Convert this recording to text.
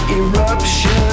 eruption